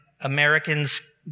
Americans